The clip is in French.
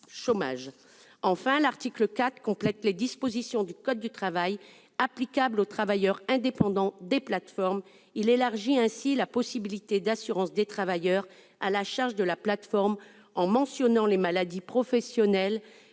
à l'article 4, il complète les dispositions du code du travail applicables aux travailleurs indépendants des plateformes. Il élargit ainsi la possibilité d'assurance des travailleurs à la charge de la plateforme, en mentionnant les maladies professionnelles,